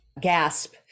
gasp